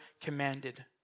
commanded